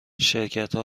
شرکتها